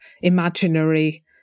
imaginary